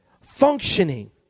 functioning